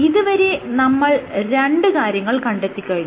ഇതുവരെ നമ്മൾ രണ്ട് കാര്യങ്ങൾ കണ്ടെത്തിക്കഴിഞ്ഞു